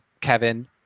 Kevin